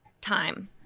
time